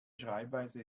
schreibweise